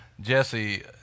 Jesse